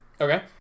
okay